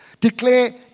declare